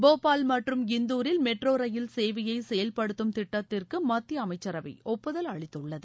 போபால் மற்றும் இந்தூரில் metro rail சேவையை செயல்படுத்தும் திட்டத்திற்கு மத்திய அமைச்சரவை ஒப்புதல் அளித்துள்ளது